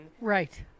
Right